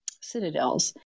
citadels